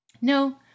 No